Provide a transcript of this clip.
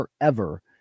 forever